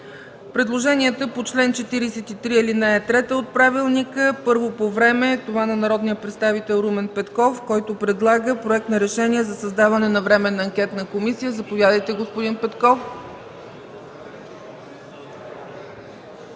Предложенията по чл. 43, ал. 3 от Правилника. Първо по време е предложението на народния представител Румен Петков, който предлага Проект на решение за създаване на Временна анкетна комисия. Заповядайте, господин Петков.